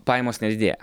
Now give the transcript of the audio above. pajamos nedidėja